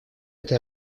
этой